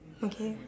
okay